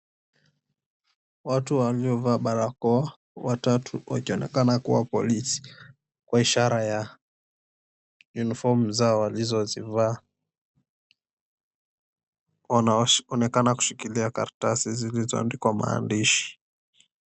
Watu waliovaa barakoa, watatu wakionekana kuwa polisi, kwa ishara ya uniform zao walizozivaa. Wanaonekana kushikilia karatasi zilizoandikwa maandishi.